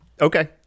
Okay